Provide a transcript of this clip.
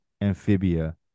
Amphibia